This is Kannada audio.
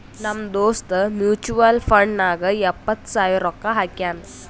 ನಮ್ ದೋಸ್ತ ಮ್ಯುಚುವಲ್ ಫಂಡ್ ನಾಗ್ ಎಪ್ಪತ್ ಸಾವಿರ ರೊಕ್ಕಾ ಹಾಕ್ಯಾನ್